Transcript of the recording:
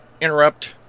interrupt